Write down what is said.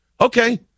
okay